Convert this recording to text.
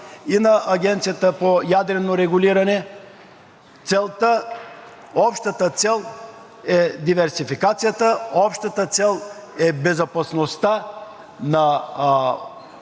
и на Агенцията по ядрено регулиране. Целта, общата цел е диверсификацията, общата цел е безопасността на